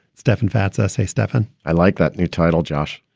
stefan fatsis. hey, stefan. i like that new title, josh.